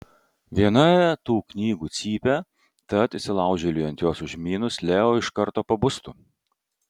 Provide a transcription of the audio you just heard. viena tų knygų cypia tad įsilaužėliui ant jos užmynus leo iš karto pabustų